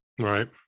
right